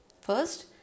First